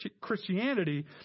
Christianity